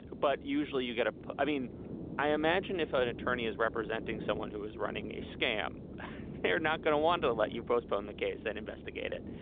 but usually you get. i mean i imagine if an attorney is representing someone who is running a scam they're not going to want to let you postpone the case and investigate it.